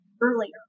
earlier